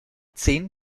zehn